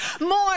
more